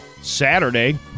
Saturday